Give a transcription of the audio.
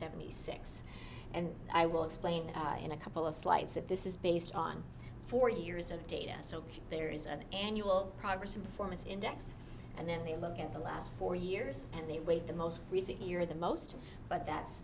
seventy six and i will explain in a couple of slides that this is based on four years of data so there is an annual progress in performance index and then they look at the last four years and they wait the most recent year the most but that's